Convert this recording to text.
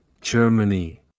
Germany